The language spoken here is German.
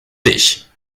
dich